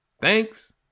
Thanks